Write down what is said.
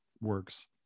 works